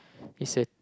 it's a